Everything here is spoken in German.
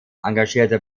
engagierte